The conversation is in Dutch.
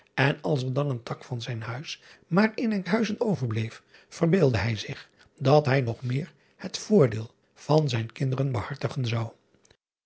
n als er dan een tak van zijn huis maar in nkhuizen overbleef verbeeldde hij zich dat hij nog meer het voordeel van zijn kinderen behartigen zou